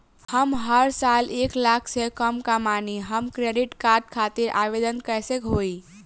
हम हर साल एक लाख से कम कमाली हम क्रेडिट कार्ड खातिर आवेदन कैसे होइ?